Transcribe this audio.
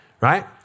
right